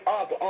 up